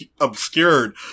obscured